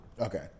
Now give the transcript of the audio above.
okay